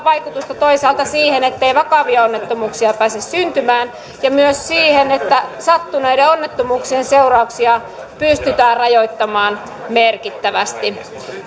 vaikutusta toisaalta siihen ettei vakavia onnettomuuksia pääse syntymään ja myös siihen että sattuneiden onnettomuuksien seurauksia pystytään rajoittamaan merkittävästi